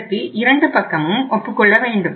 இதற்கு இரண்டு பக்கமும் ஒப்புக்கொள்ள வேண்டும்